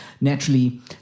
Naturally